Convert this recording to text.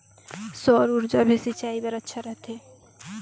सौर ऊर्जा भी सिंचाई बर अच्छा रहथे?